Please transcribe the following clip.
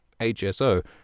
HSO